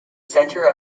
centre